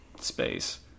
space